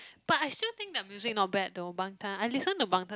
but I still think their music not bad though bangtan I listen to bangtan